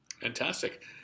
Fantastic